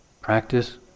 practice